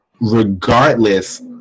regardless